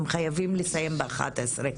הם חייבים לסיים באחת עשרה.